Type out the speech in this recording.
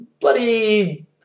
bloody